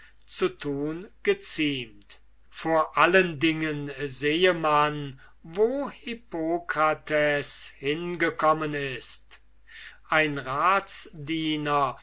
zu tun gezieme vor allen dingen sehe man wo hippokrates hingekommen ist ein